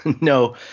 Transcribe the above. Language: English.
No